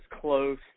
close